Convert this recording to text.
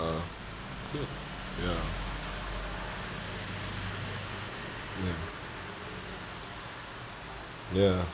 I think ya ya